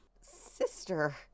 Sister